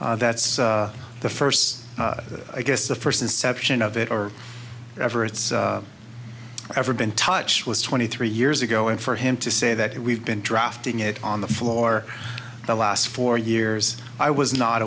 t that's the first i guess the first inception of it or ever it's ever been touch was twenty three years ago and for him to say that we've been drafting it on the floor the last four years i was not